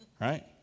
Right